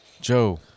Joe